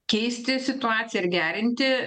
keisti situaciją ir gerinti